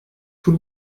tout